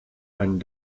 einen